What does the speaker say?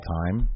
time